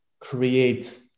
create